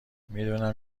میدونم